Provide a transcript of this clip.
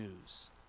news